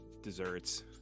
desserts